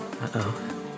Uh-oh